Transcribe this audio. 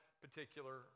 particular